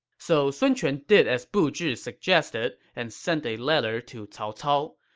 so sun quan did as bu zhi suggested and sent a letter to cao cao.